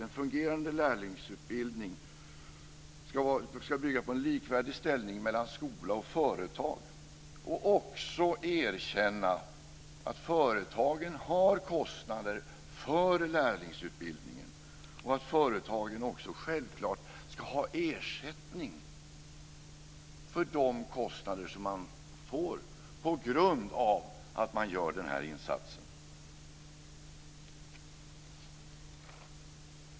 En fungerande lärlingsutbildning ska bygga på en likvärdig ställning mellan skola och företag och också erkänna att företagen har kostnader för lärlingsutbildningen och att företagen också självklart ska ha ersättning för de kostnader som de får på grund av att de gör denna insats.